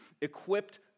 equipped